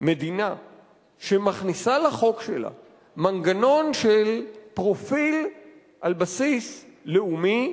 מדינה שמכניסה לחוק שלה מנגנון של פרופיל על בסיס לאומי,